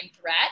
threat